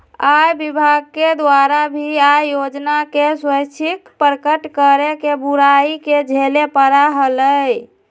आय विभाग के द्वारा भी आय योजना के स्वैच्छिक प्रकट करे के बुराई के झेले पड़ा हलय